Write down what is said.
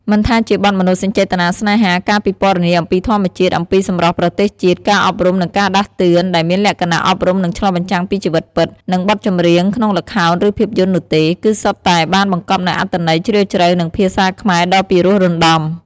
មិនថាជាបទមនោសញ្ចេតនាស្នេហា ការពិពណ៌នាអំពីធម្មជាតិ អំពីសម្រស់ប្រទេសជាតិ ការអប់រំនិងការដាស់តឿនដែលមានលក្ខណៈអប់រំនិងឆ្លុះបញ្ចាំងពីជីវិតពិត និងបទចម្រៀងក្នុងល្ខោនឬភាពយន្តនោះទេ គឺសុទ្ធតែបានបង្កប់នូវអត្ថន័យជ្រាលជ្រៅ និងភាសាខ្មែរដ៏ពិរោះរណ្ដំ ។